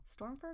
Stormfur